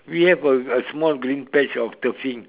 we have a a small green patch of turf field